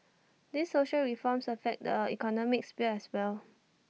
these social reforms affect the economic sphere as well